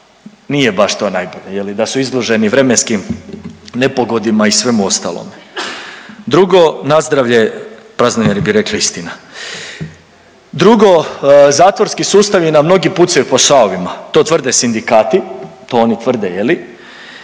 nije baš to najbolje je li da su izloženi vremenskim nepogodima i svemu ostalom. Drugo, nazdravlje, praznovjerni bi rekli istina. Drugo, zatvorski sustavi nam mnogi pucaju po šavovima, to tvrde sindikati, to oni tvrde je li